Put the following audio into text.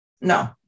No